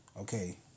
Okay